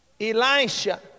elisha